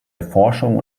erforschung